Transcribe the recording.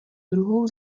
druhou